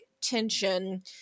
tension